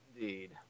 Indeed